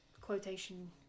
quotation